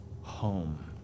home